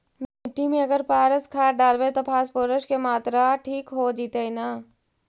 मिट्टी में अगर पारस खाद डालबै त फास्फोरस के माऋआ ठिक हो जितै न?